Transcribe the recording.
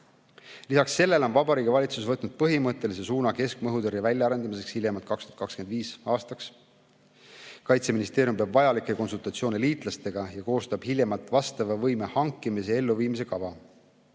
Lisaks sellele on Vabariigi Valitsus võtnud põhimõttelise suuna keskmaa õhutõrje väljaarendamiseks hiljemalt 2025. aastaks. Kaitseministeerium peab vajalikke konsultatsioone liitlastega ja koostab hiljem vastava võime hankimise ja elluviimise kava.